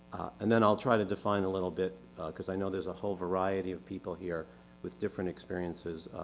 and then i'll try to define a little bit because i know there's a whole variety of people here with different experiences.